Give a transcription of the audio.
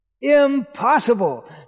Impossible